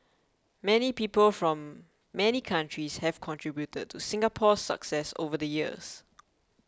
many people from many countries have contributed to Singapore's success over the years